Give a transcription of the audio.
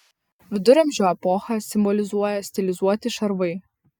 viduramžių epochą simbolizuoja stilizuoti šarvai